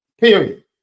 Period